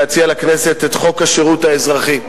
להציע לכנסת את חוק השירות האזרחי.